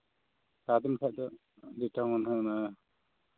ᱟᱫᱚ ᱡᱮᱴᱟ ᱢᱟᱹᱱᱦᱟᱹ ᱢᱮᱱᱟᱜᱼᱟ